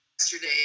yesterday